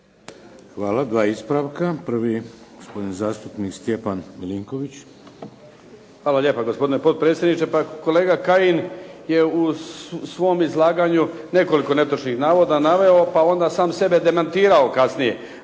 Hvala. Dva ispravka. Prvi gospodin zastupnik Stjepan Milinković. **Milinković, Stjepan (HDZ)** Hvala lijepa gospodine potpredsjedniče. Pa kolega Kajin je u svom izlaganju nekoliko netočnih navoda naveo pa onda sam sebe demantirao kasnije.